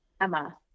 emma